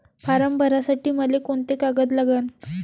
Form भरासाठी मले कोंते कागद लागन?